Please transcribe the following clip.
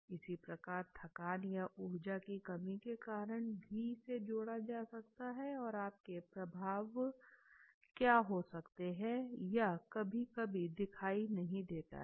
इसी प्रकार थकान या ऊर्जा की कमी के कारण भी इसे जोड़ा जा सकता है और आपके प्रभाव क्या हो सकते हैं यह कभी कभी दिखाई नहीं देता है